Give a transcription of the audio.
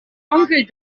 onkel